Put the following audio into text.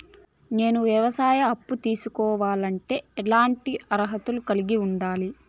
నేను వ్యవసాయ అప్పు తీసుకోవాలంటే ఎట్లాంటి అర్హత కలిగి ఉండాలి?